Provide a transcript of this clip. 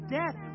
death